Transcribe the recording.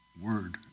word